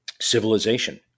civilization